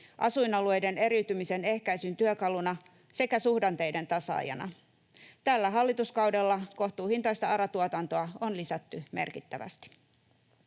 asuin-alueiden eriytymisen ehkäisyn työkaluna sekä suhdanteiden tasaajana. Tällä hallituskaudella kohtuuhintaista ARA-tuotantoa on lisätty merkittävästi.